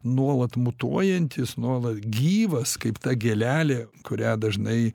nuolat mutuojantis nuolat gyvas kaip ta gėlelė kurią dažnai